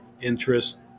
interest